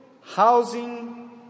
housing